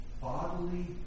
bodily